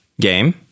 game